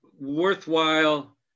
worthwhile